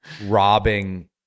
robbing